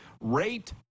Rate